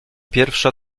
pierwsza